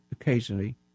occasionally